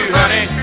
honey